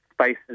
spaces